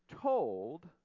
told